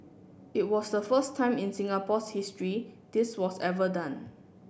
it was the first time in Singapore's history this was ever done